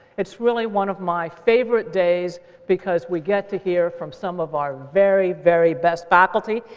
it's really one of my favorite days because we get to hear from some of our very, very best faculty.